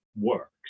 works